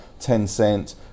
Tencent